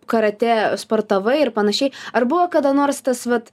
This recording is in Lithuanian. karatė sportavai ir panašiai ar buvo kada nors tas vat